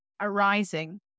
arising